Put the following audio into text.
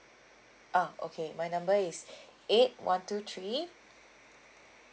ah okay my number is eight one two three